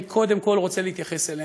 אני קודם כול רוצה להתייחס אלינו,